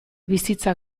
bizitza